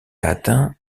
atteint